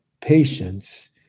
patience